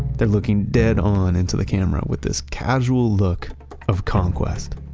they're looking dead-on into the camera with this casual look of conquest,